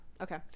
Okay